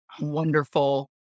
wonderful